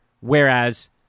Whereas